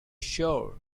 shore